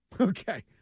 Okay